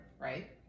Right